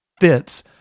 fits